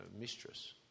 mistress